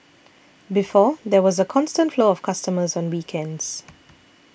before there was a constant flow of customers on weekends